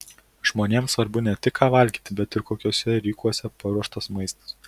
žmonėms svarbu ne tik ką valgyti bet ir kokiuose rykuose paruoštas maistas